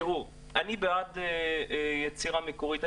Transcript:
תראו, אני בעד יצירה מקורית.